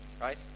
right